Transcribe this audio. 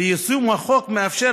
ויישום החוק מאפשר,